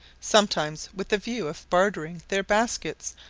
sometimes with the view of bartering their baskets,